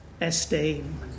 esteem